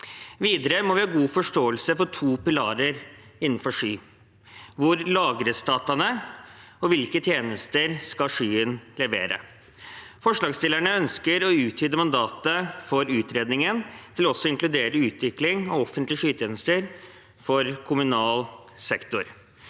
Videre må vi ha god forståelse for to pilarer innenfor sky: Hvor lagres dataene, og hvilke tjenester skal skyen levere? Forslagsstillerne ønsker å utvide mandatet for utredningen til også å inkludere utvikling og offentlige skytjenester for kommunal sektor.